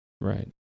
Right